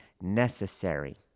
necessary